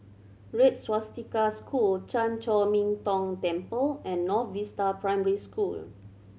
Red Swastika School Chan Chor Min Tong Temple and North Vista Primary School